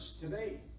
today